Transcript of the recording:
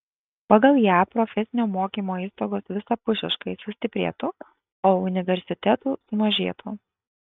pagal ją profesinio mokymo įstaigos visapusiškai sustiprėtų o universitetų sumažėtų